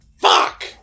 FUCK